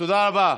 תודה רבה.